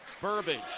Burbage